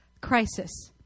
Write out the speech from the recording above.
crisis